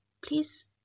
please